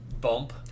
bump